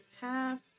half